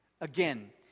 Again